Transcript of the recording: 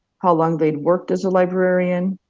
how long they'd worked as a librarian.